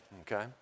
okay